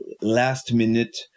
last-minute